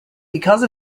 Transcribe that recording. because